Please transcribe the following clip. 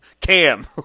Cam